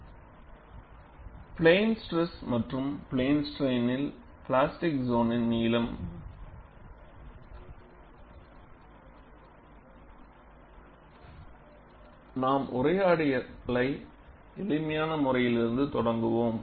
Plastic zone length in plane stress and plane strain plane stress மற்றும் plane ஸ்ட்ரெய்னில் plastic சோனின் நீளம் நாம் உரையாடலை எளிமையான முறையிலிருந்து தொடங்குவோம்